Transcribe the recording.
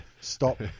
stop